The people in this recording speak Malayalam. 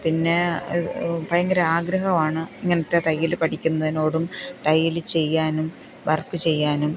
പിന്നെ ഭയങ്കര ആഗ്രഹമാണ് ഇങ്ങനെത്തെ തയ്യൽ പഠിക്കുന്നതിനോടും തയ്യൽ ചെയ്യാനും വര്ക്ക് ചെയ്യാനും